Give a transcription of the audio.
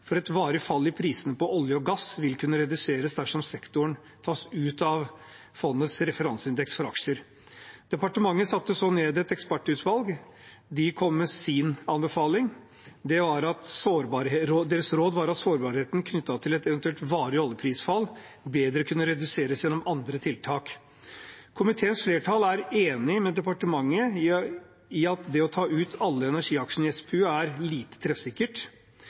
for et varig fall i prisene på olje og gass vil kunne reduseres dersom sektoren tas ut av fondets referanseindeks for aksjer. Departementet satte så ned et ekspertutvalg, som kom med sin anbefaling. Deres råd var at sårbarheten knyttet til et eventuelt varig oljeprisfall bedre kunne reduseres gjennom andre tiltak. Komiteens flertall er enig med departementet i at det å ta ut alle energiaksjene i SPU er lite